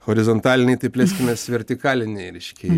horizontaliniai tai plėskimės vertikaliniai reiškia